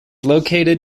located